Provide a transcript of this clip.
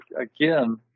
again